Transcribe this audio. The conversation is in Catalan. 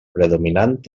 predominant